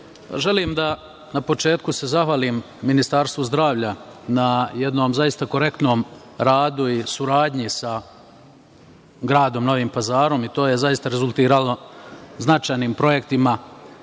želim da se na početku zahvalim Ministarstvu zdravlja na jednom zaista korektnom radu i suradnji sa gradom Novim Pazarom i to je zaista rezultiralo značajnim projektima